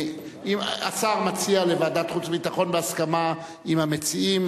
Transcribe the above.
השר מציע לוועדת חוץ וביטחון, בהסכמה עם המציעים.